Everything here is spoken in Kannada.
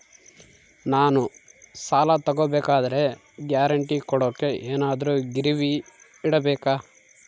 ನಾನು ಸಾಲ ತಗೋಬೇಕಾದರೆ ಗ್ಯಾರಂಟಿ ಕೊಡೋಕೆ ಏನಾದ್ರೂ ಗಿರಿವಿ ಇಡಬೇಕಾ?